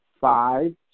five